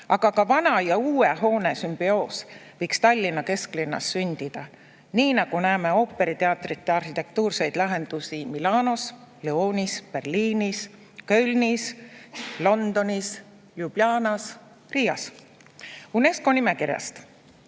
aga ka vana ja uue hoone sümbioos võiks Tallinna kesklinnas sündida, nii nagu näeme ooperiteatrite arhitektuurseid lahendusi Milanos, Lyonis, Berliinis, Kölnis, Londonis, Ljubljanas ja Riias. UNESCO nimekirjast.